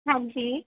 ਹਾਂਜੀ